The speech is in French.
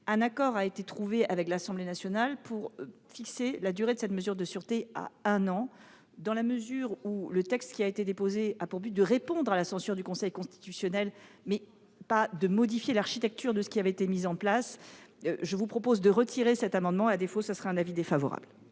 Un accord a été trouvé avec l'Assemblée nationale pour fixer la durée de la mesure de sûreté à un an. Dans la mesure où le texte qui a été déposé a pour but de répondre à la censure du Conseil constitutionnel, pas de modifier l'architecture de ce qui avait été mis en place, je vous propose de retirer cet amendement ; à défaut, l'avis serait défavorable.